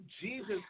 Jesus